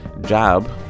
job